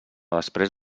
després